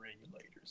regulators